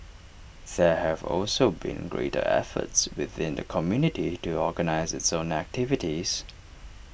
there have also been greater efforts within the community to organise its own activities